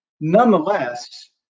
Nonetheless